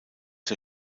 der